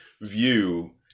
view